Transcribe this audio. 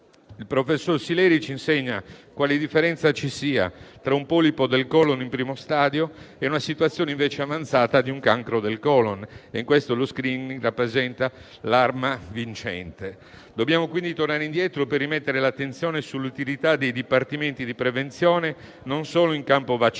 Il professor Sileri ci insegna quale differenza ci sia tra un polipo del colon in primo stadio e una situazione invece avanzata di un cancro del colon e in questo lo *screening* rappresenta l'arma vincente. Dobbiamo quindi tornare indietro per rimettere l'attenzione sull'utilità dei Dipartimenti di prevenzione, non solo in campo vaccinale.